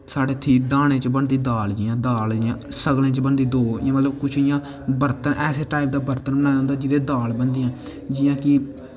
साढ़े इत्थै डहानें च बनदी दाल जि'यां दाल सगलें च बनदी दो कुछ इ'यां ऐसे टाईप दा बर्तन होंदा जेह्दे च दाल बनदी जि'यां कि